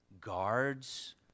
guards